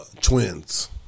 Twins